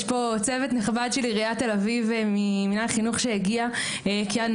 יש פה צוות נכבד שהגיע ממנהל החינוך של עיריית תל אביב.